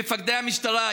מפקדי המשטרה,